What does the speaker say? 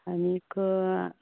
आनीक